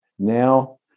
now